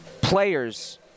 players